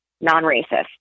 non-racist